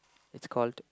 it's called